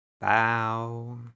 bow